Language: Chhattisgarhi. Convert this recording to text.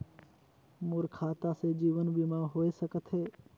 मोर खाता से जीवन बीमा होए सकथे?